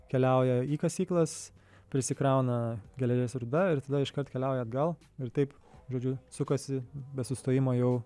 keliauja į kasyklas prisikrauna geležies rūda ir tada iškart keliauja atgal ir taip žodžiu sukasi be sustojimo jau